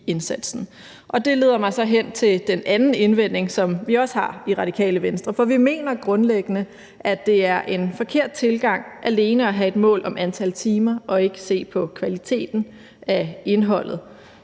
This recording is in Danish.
Det leder mig så hen til den anden indvending, som vi også har i Radikale Venstre. Vi mener grundlæggende, at det er en forkert tilgang alene at have et mål om antal timer og ikke se på kvaliteten af indholdet.